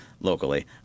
Locally